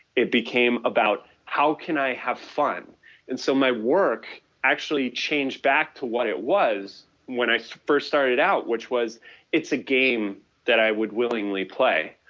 it became about how can i have fun and so my work actually changed back to what it was when i first started out which was it's a game that i would willingly play.